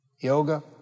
Yoga